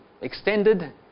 extended